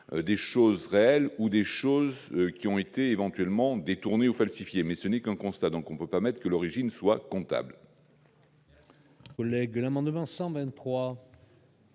des choses réelles ou des choses qui ont été éventuellement détournés ou falsifiés, mais ce n'est qu'en constat donc on peut pas mettre que l'origine soit comptables.